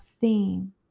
theme